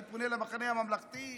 אני פונה למחנה הממלכתי,